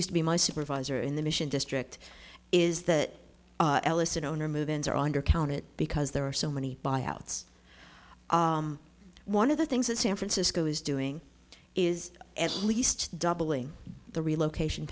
used to be my supervisor in the mission district is that ellison owner movements are under counted because there are so many buyouts one of the things that san francisco is doing is at least doubling the relocation